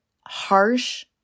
harsh